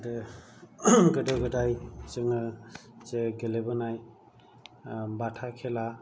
गोदो गोदाय जोङो जे गेलेबोनाय बाथा खेला